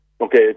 Okay